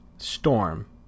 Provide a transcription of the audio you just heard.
Storm